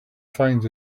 finds